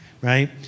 right